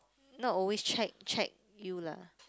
not always check check you lah